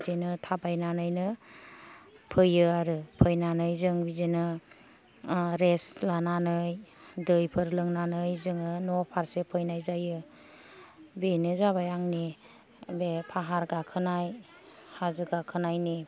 बिदिनो थाबायनानैनो फैयो आरो फैनानै जों बिदिनो ओह रेस्ट लानानै दैफोर लोंनानै जोङो न' फारसे फैनाय जायो बेनो जाबाय आंनि बे फाहार गाखोनाय हाजो गाखोनायनि